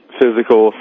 physical